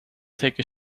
take